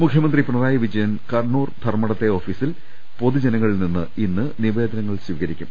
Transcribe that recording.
മുഖ്യമന്ത്രി പിണറായി വിജയൻ കണ്ണൂർ ധർമടത്തെ ഓഫീസിൽ പൊതുജനങ്ങളിൽ നിന്ന് നിവേദനങ്ങൾ സ്വീകരിക്കും